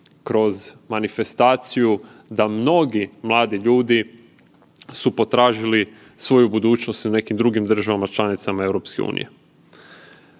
kroz manifestaciju da mnogi mladi ljudi su potražili svoju budućnost u nekim drugim državama članicama EU.